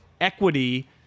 equity